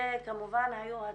וכמובן היו הצהרות.